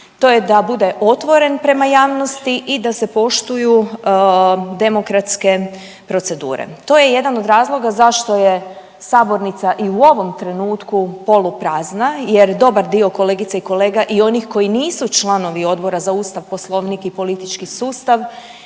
to je da bude otvoren prema javnosti i da se poštuju demokratske procedure. To je jedan od razloga zašto je sabornica i u ovom trenutku poluprazna jer dobar dio kolegica i kolega i onih koji nisu članovi Odbora za ustav, poslovnik i politički sustav